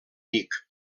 vic